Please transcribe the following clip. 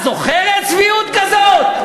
את זוכרת צביעות כזאת?